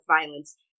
violence